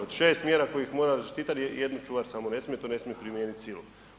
Od 6 mjera kojih mora zaštitar jednu čuvar samo ne smije, to ne smije primijeniti silu.